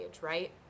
right